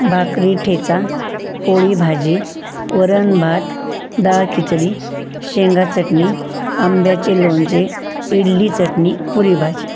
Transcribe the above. भाकरी ठेचा पोळी भाजी वरण भात डाळ खिचडी शेंगा चटणी आंब्याचे लोणचे इडली चटणी पुरी भाजी